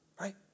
right